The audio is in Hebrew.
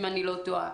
אם אני לא טועה.